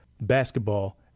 basketball